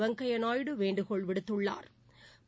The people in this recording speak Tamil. வெங்கய்யா நாயுடு வேண்டுகோள் விடுத்தாா்